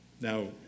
Now